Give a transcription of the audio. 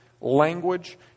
language